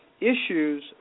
issues